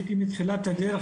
הייתי מתחילת הדיון,